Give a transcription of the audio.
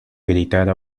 gritara